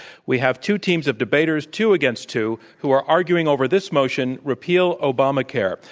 we have two teams of debaters, two against two, who are arguing over this motion, repeal obamacare.